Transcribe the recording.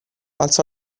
alzò